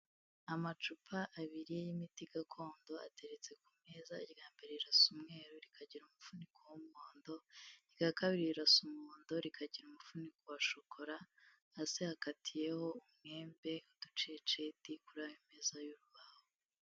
Amacupa abiri y'imiti gakondo ateretse ku meza, irya mbere rirasa umweru rikagira umufuniko w'umuhondo, irya kabiri rirasa umuhondo rikagira umufuniko wa shokora, hasi hakatiyeho umwembe uduceceti kuri ayo ameza y'urubaho.